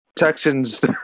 Texans